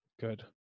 Good